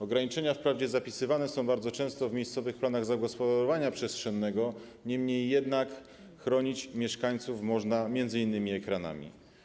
Ograniczenia wprawdzie zapisywane są bardzo często w miejscowych planach zagospodarowania przestrzennego, niemniej jednak chronić mieszkańców można m.in. ekranami.